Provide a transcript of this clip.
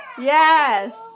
Yes